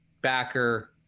backer